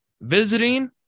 visiting